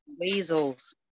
weasels